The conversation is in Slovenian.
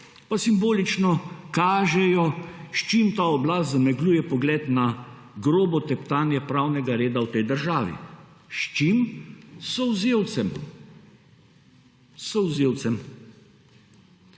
pa simbolično kažejo s čim ta oblast zamegljuje pogled na grobo teptanje pravnega reda v tej državi. S čim? S solzivcem. S solzivcem.